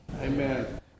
Amen